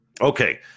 Okay